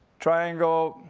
triangle,